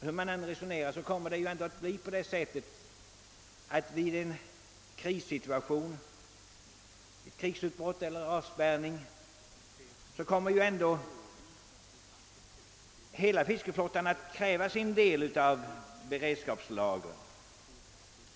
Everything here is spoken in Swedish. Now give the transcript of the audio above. Hur man än resonerar kommmer hela fiskeflottan i en krissituation — krigsutbrott eller avspärrning — att kräva sin del av den beredskapslagrade oljan.